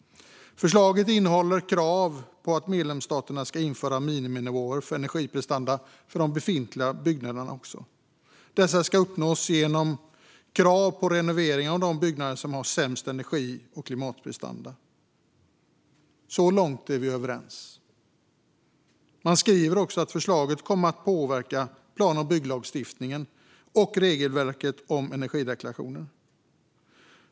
Förslaget innehåller krav på att medlemsstaterna ska införa miniminivåer för energiprestanda också för befintliga byggnader. Dessa ska uppnås genom krav på renovering av de byggnader som har sämst energi och klimatprestanda. Så långt är vi överens. Man skriver också att förslaget kommer att påverka plan och bygglagstiftningen och regelverket om energideklarationer.